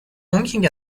honking